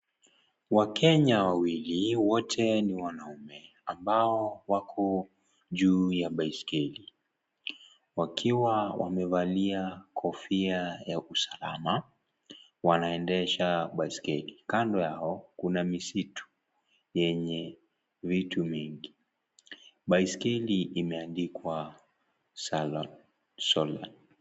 Wakenya wawili wote ni wanaume ambao wako juu ya baiskeli wakiwa wamevalia kofia ya usalama , wanaendesha baiskeli. Kando yao kuna misitu yenye vitu nyingi. Baiskeli imeandikwa Solan.